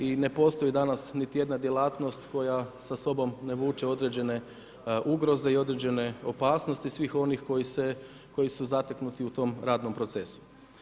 I ne postoji danas niti jedna djelatnost koja sa sobom ne vuče određene ugroze i određene opasnosti svih onih koji su zateknuti u tom radnom procesu.